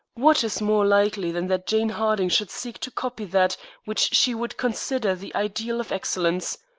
what is more likely than that jane harding should seek to copy that which she would consider the ideal of excellence.